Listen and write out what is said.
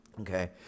Okay